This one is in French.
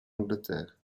angleterre